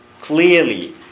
clearly